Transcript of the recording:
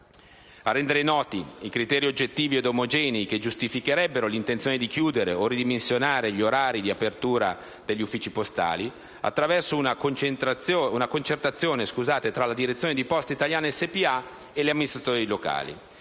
a rendere noti i criteri oggettivi ed omogenei che giustificherebbero l'intenzione di chiudere o ridimensionare gli orari di apertura degli uffici postali, attraverso una concertazione tra la direzione di Poste italiane SpA e gli amministratori locali,